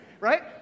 Right